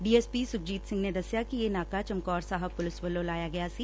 D S P Sukhjit Singh ਨੇ ਦਸਿਆ ਕਿ ਇਹ ਨਾਕਾ ਚਮਕੌਰ ਸਾਹਿਬ ਪੁਲਿਸ ਵੱਲੋ ਲਾਇਆ ਗਿਆ ਸੀ